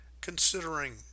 Considering